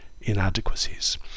inadequacies